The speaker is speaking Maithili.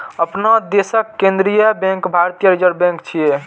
अपना देशक केंद्रीय बैंक भारतीय रिजर्व बैंक छियै